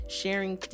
sharing